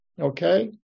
Okay